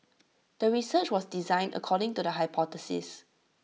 the research was designed according to the hypothesis